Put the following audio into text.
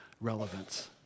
relevance